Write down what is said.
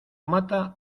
mata